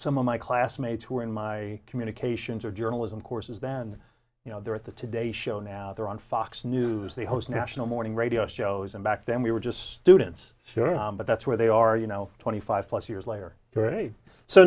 some of my classmates who were in my communications or journalism courses then you know they're at the today show now they're on fox news they host national morning radio shows and back then we were just students but that's where they are you know twenty five plus years later